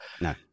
No